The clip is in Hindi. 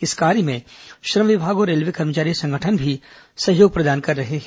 इस कार्य में श्रम विभाग और रेलवे कर्मचारी संगठन भी सहयोग प्रदान कर रहे हैं